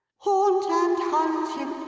haunt and hunt him,